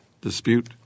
dispute